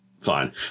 fine